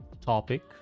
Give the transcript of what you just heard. topic